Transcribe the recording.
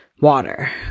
water